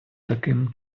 таким